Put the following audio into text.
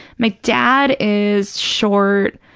my dad is short,